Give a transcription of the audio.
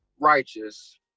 righteous